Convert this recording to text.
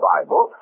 Bible